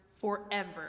forever